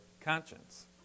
Conscience